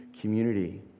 community